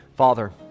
Father